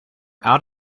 out